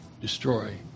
destroy